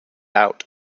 out